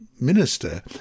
minister